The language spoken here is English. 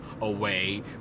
away